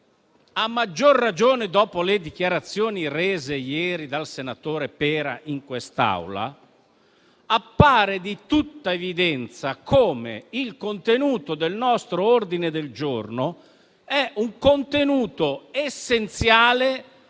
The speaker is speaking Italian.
a maggior ragione dopo le dichiarazioni rese ieri dal senatore Pera in Aula, appare di tutta evidenza come il contenuto del nostro ordine del giorno sia essenziale